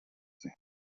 sehen